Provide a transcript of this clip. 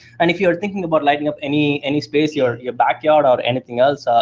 and if you're thinking about lighting up any any space, your your backyard or anything else,